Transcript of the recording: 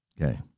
Okay